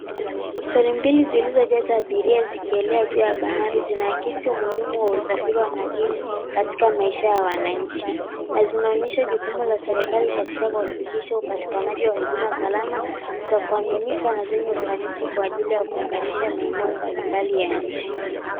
Feri mbili zilizojaza abiria zikielea juu ya bahari zinaakisi umuhimu wa usafiri wa majini katika maisha ya wananchi. Na zinaonyesha jukumu la serikali katika kuhakikisha upatikanaji wa huduma salama, za kuaminika, na zenye ufanisi, kwa ajili ya kuunganisha maeneo mbalimbali ya nchi.